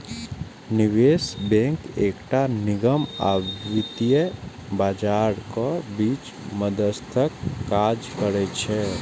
निवेश बैंक एकटा निगम आ वित्तीय बाजारक बीच मध्यस्थक काज करै छै